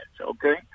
okay